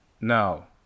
Now